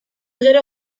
gero